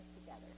together